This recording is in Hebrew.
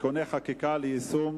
(תיקוני חקיקה ליישום